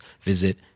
visit